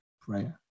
Prayer